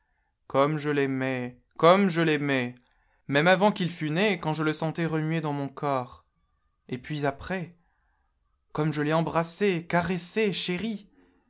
comme je l'aimais comme je l'aimais même avant qu'il fût né quand je le sentais remuer dans mon corps et puis après comme je l'ai embrassé caressé chéri